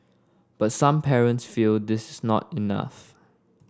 but some parents feel this is not enough